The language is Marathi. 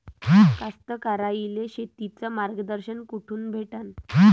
कास्तकाराइले शेतीचं मार्गदर्शन कुठून भेटन?